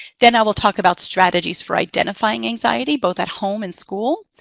then i will talk about strategies for identifying anxiety, both at home and school.